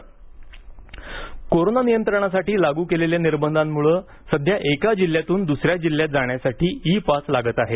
E pass corona नियंत्रणासाठी लागू केलेल्या निर्बंधांमुळे सध्या एका जिल्ह्यातून दुसऱ्या जिल्ह्यात जाण्यसाठी ई पास लागत आहे